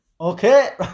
Okay